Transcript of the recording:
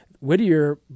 Whittier